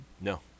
No